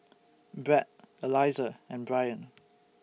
Bret Eliza and Bryon